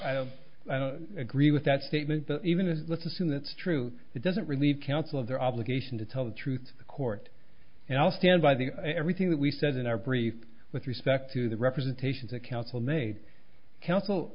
i don't agree with that statement but even if let's assume that's true it doesn't relieve counsel of their obligation to tell the truth to the court and i'll stand by the everything that we said in our brief with respect to the representations that counsel made counsel